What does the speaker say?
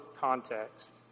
context